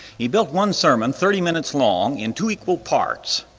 he built one sermon thirty minutes long in two equal parts.